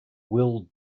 will